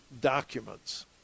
documents